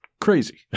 Crazy